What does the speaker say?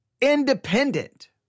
independent